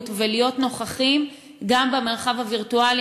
ולהיות נוכחים גם במרחב הווירטואלי.